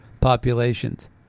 populations